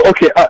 Okay